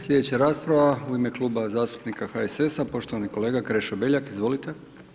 Slijedeća rasprava u ime Kluba zastupnika HSS-a, poštovani kolega Krešo Beljak, izvolite.